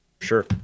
sure